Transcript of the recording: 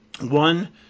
One